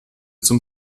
zum